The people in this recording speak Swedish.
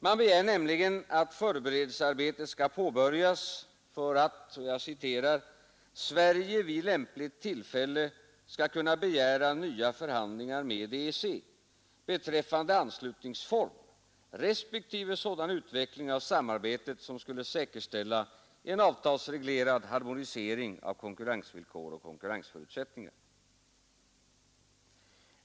Man begär nämligen att förberedelsearbete skall påbörjas för att ”Sverige vid lämpligt tillfälle skall kunna begära nya förhandlingar med EEC beträffande anslutningsform respektive sådan utveckling av samarbetet som skulle säkerställa en avtalsreglerad harmonisering av konkurrensvillkor och konkurrensförutsättningar”.